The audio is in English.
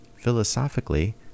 Philosophically